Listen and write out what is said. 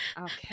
Okay